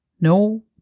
No